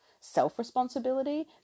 self-responsibility